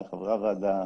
לחברי הוועדה,